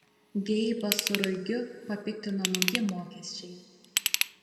geibą su ruigiu papiktino nauji mokesčiai